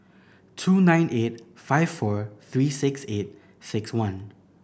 two nine eight five four three six eight six one